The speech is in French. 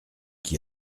qui